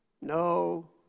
No